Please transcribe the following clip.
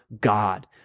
God